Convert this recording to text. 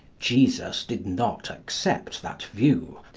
jesus did not accept that view.